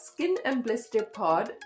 skinandblisterpod